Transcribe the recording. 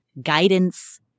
guidance